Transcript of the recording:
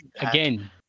Again